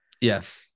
Yes